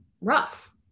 rough